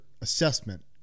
assessment